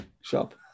shop